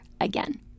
again